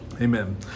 Amen